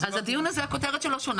אז הדיון הזה הכותרת שלו שונה.